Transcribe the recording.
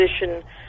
position